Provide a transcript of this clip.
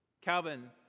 Calvin